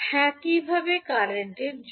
একইভাবে কারেন্টর জন্য